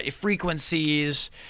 frequencies